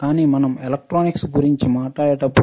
కానీ మనం ఎలక్ట్రానిక్స్ గురించి మాట్లాడేటప్పుడు